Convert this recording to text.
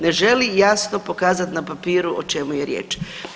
Ne želi jasno pokazati na papiru o čemu je riječ.